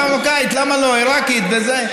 לשפה המרוקאית, למה לא, עיראקית, וזה.